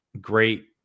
great